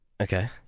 Okay